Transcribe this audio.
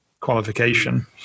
qualification